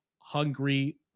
Hungry